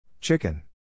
Chicken